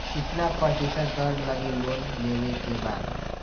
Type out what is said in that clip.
कितना प्रतिशत दर लगी लोन लेबे के बाद?